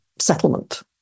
settlement